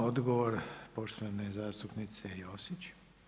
Odgovor poštovane zastupnice Josić.